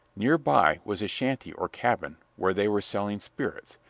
near by was a shanty or cabin where they were selling spirits,